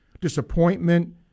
Disappointment